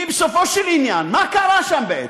בסופו של עניין, מה קרה שם, בעצם?